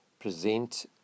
present